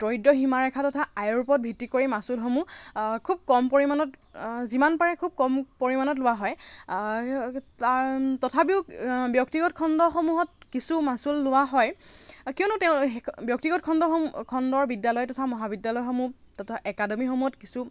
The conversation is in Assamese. দৰিদ্ৰ সীমাৰেখা তথা আয়ৰ ওপৰত ভিত্তি কৰি মাচুলসমূহ খুব কম পৰিমাণত যিমান পাৰে খুব কম পৰিমাণত লোৱা হয় তাৰ তথাপিও ব্যক্তিগত খণ্ডসমূহত কিছু মাচুল লোৱা হয় কিয়নো তেওঁ ব্যক্তিগত খণ্ডৰ খণ্ডৰ বিদ্যালয় তথা মহাবিদ্যালয়সমূহ তথা একাডেমিসমূহত কিছু